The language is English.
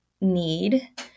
need